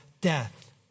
death